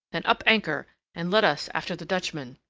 then up anchor, and let us after the dutchman.